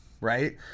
right